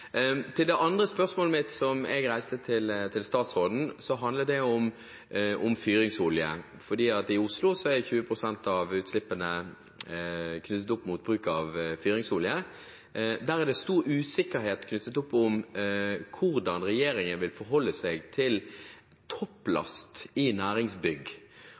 Det andre spørsmålet som jeg reiste til statsråden, handler om fyringsolje. I Oslo er 20 pst. av utslippene knyttet til bruk av fyringsolje. Der er det stor usikkerhet knyttet til hvordan regjeringen vil forholde seg til topplast i næringsbygg.